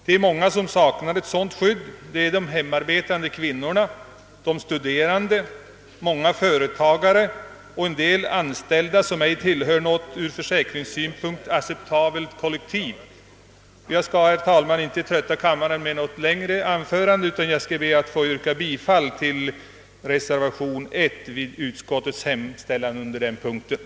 Det är många som nu saknar sådant skydd: hemmaarbetande kvinnor, studerande, småföretagare och en del anställda som inte tillhör något ur försäkringssynpunkt acceptabelt kollektiv. Herr talman! Jag skall nu inte trötta kammaren med något längre anförande utan ber med det sagda att få yrka bifall till den vid utskottets utlåtande under punkten 1 fogade reservationen.